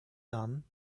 done